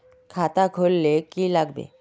खाता खोल ले की लागबे?